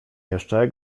jeszcze